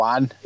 One